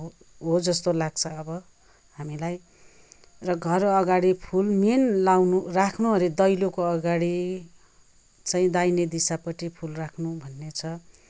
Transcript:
हो जस्तो लाग्छ अब हामीलाई र घर अघाडि फुल मेन लाउनु राख्नु अरे दैलोको अघाडि चाहिँ दाहिने दिशापट्टि फुल राख्नु भन्ने छ